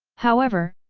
however,